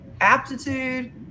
aptitude